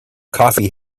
coffee